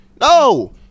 No